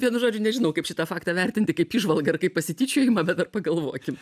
vienu žodžiu nežinau kaip šitą faktą vertinti kaip įžvalgą ar kaip pasityčiojimą bet dar pagalvokim